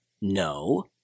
No